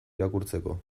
irakurtzeko